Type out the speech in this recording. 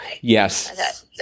Yes